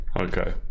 Okay